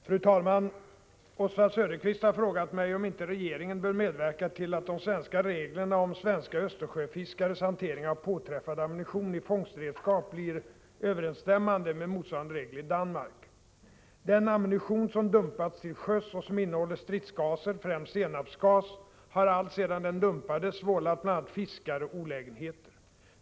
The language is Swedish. Fru talman! Oswald Söderqvist har frågat mig om inte regeringen bör medverka till att de svenska reglerna om svenska Östersjöfiskares hantering av påträffad ammunition i fångstredskap blir överensstämmande med motsvarande regler i Danmark. Den ammunition som dumpats till sjöss och som innehåller stridsgaser, främst senapsgas, har alltsedan den dumpades vållat bl.a. fiskare olägenheter.